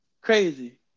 Crazy